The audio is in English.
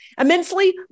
immensely